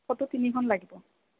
photo তিনিখন লাগিব